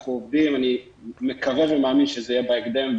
אנחנו עובדים אני מקווה ומאמין שזה יהיה בהקדם,